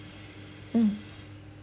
mm